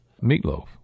Meatloaf